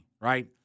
right